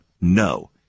No